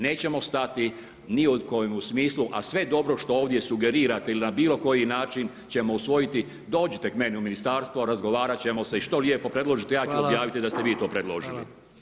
Nećemo stati ni u kojem smislu, a sve što ovdje sugerirate ili na bilo koji način ćemo usvojiti, dođite k meni u Ministarstvo razgovarat ćemo se i što lijepo predložite, [[Upadica predsjednik: Hvala.]] ja ću objaviti da ste vi to predložili